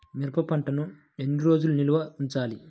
మిరప పంటను ఎన్ని రోజులు నిల్వ ఉంచాలి?